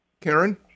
Karen